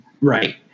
Right